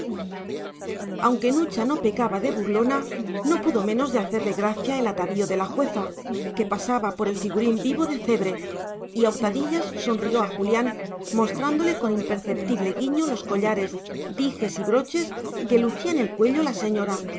aunque nucha no pecaba de burlona no pudo menos de hacerle gracia el atavío de la jueza que pasaba por el figurín vivo de cebre y a hurtadillas sonrió a julián mostrándole con imperceptible guiño los collares dijes y broches que lucía en el cuello la señora